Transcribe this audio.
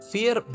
Fear